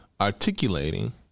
articulating